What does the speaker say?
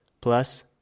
plus